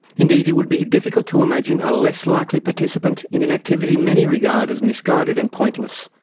indeed, it would be difficult to imagine a less likely participant in an activity many regard as misguided and pointless,